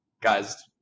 guys